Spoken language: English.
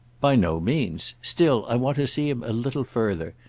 by no means. still, i want to see him a little further.